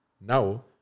Now